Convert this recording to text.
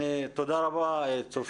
תודה רבה צופית.